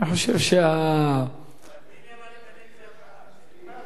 תמתיני לקדנציה הבאה, שלי.